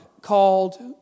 called